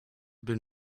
been